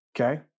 Okay